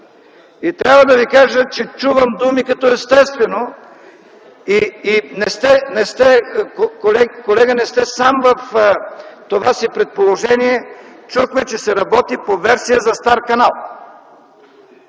Трябва да Ви кажа и понеже чувам думи като „естествено”... Колега, не сте сам в това си предположение, чухме, че се работи по версия за стар канал.